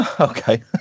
okay